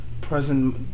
present